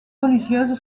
religieuse